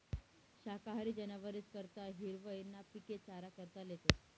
शाकाहारी जनावरेस करता हिरवय ना पिके चारा करता लेतस